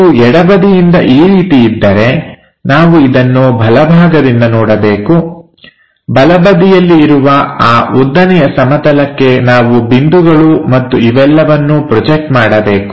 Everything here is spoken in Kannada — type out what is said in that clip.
ಇದು ಎಡಬದಿಯಿಂದ ಈ ರೀತಿ ಇದ್ದರೆ ನಾವು ಇದನ್ನು ಬಲಭಾಗದಿಂದ ನೋಡಬೇಕು ಬಲಬದಿಯಲ್ಲಿ ಇರುವ ಆ ಉದ್ದನೆಯ ಸಮತಲಕ್ಕೆ ನಾವು ಬಿಂದುಗಳು ಮತ್ತು ಇವೆಲ್ಲವನ್ನು ಪ್ರೊಜೆಕ್ಟ್ ಮಾಡಬೇಕು